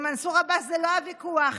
עם מנסור עבאס זה לא הוויכוח,